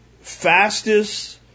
fastest